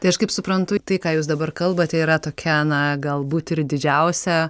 tai aš kaip suprantu tai ką jūs dabar kalbate yra tokia na galbūt ir didžiausia